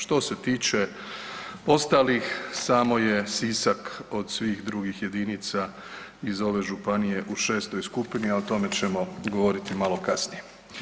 Što se tiče ostalih, samo je Sisak od svih drugih jedinica iz ove županije u 6. skupini, a o tome ćemo govoriti malo kasnije.